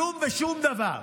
כלום ושום דבר.